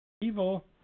Evil